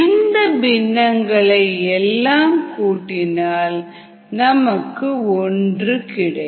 இந்த பின்னங்களை எல்லாம் கூட்டினால் ஒன்று கிடைக்கும்